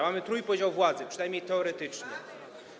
Mamy trójpodział władzy, przynajmniej teoretycznie.